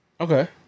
Okay